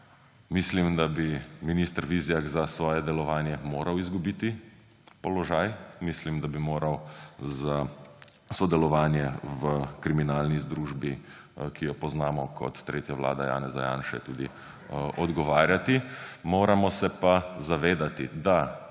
Mislim, da bi minister Vizjak za svoje delovanje moral izgubiti položaj. Mislim, da bi moral za sodelovanje v kriminalni združbi, ki jo poznamo kot tretja vlada Janeza Janše, tudi odgovarjati. Moramo se pa zavedati, da